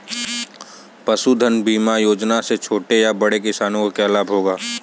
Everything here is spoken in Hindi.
पशुधन बीमा योजना से छोटे या बड़े किसानों को क्या लाभ होगा?